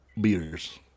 beers